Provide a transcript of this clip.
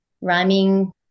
rhyming